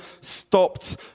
stopped